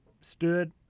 stood